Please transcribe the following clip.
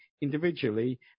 individually